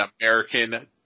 American